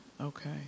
Okay